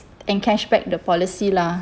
encash back the policy lah